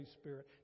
Spirit